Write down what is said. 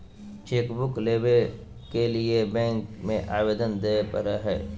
chequebook लेबे के लिए बैंक में अबेदन देबे परेय हइ